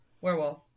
werewolf